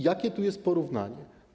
Jakie tu jest porównanie?